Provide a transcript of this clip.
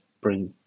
bring